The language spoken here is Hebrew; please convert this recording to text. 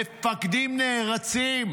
מפקדים נערצים,